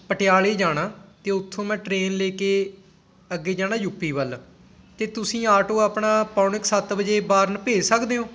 ਪਟਿਆਲੇ ਜਾਣਾ ਅਤੇ ਉੱਥੋਂ ਮੈਂ ਟ੍ਰੇਨ ਲੈ ਕੇ ਅੱਗੇ ਜਾਣਾ ਯੂਪੀ ਵੱਲ ਅਤੇ ਤੁਸੀਂ ਆਟੋ ਆਪਣਾ ਪੌਣੇ ਕੁ ਸੱਤ ਵਜੇ ਬਾਰਨ ਭੇਜ ਸਕਦੇ ਹੋ